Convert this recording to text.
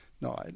no